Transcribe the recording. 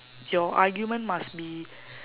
your argument must be